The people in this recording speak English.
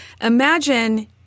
Imagine